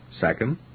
Second